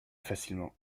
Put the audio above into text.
facilement